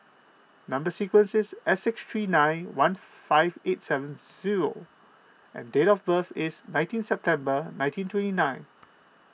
Number Sequence is S six three nine one five eight seven zero and date of birth is nineteen September nineteen twenty nine